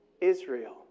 Israel